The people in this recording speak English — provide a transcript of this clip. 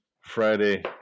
Friday